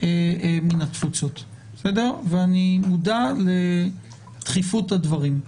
מן התפוצות ואני מודע לדחיפות הדברים.